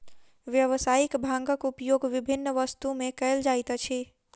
व्यावसायिक भांगक उपयोग विभिन्न वस्तु में कयल जाइत अछि